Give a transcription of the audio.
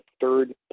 third